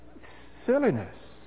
silliness